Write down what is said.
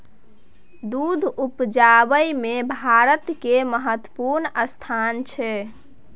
दूध उपजाबै मे भारत केर महत्वपूर्ण स्थान छै